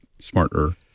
smarter